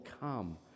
come